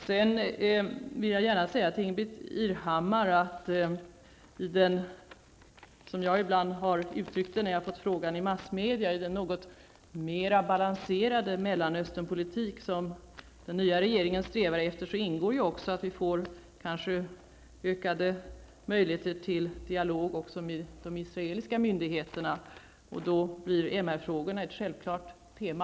Sedan vill jag gärna säga till Ingbritt Irhammar att i den, som jag ibland har uttryckt det när jag fått frågan i massmedia, något mer balanserade Mellanösternpolitik som den nya regeringen strävar efter ingår också att vi kanske får ökade möjligheter till dialog även med de israeliska myndigheterna. Då blir MR-frågorna ett självklart tema.